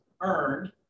earned